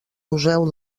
museu